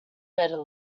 better